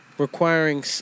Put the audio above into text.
Requiring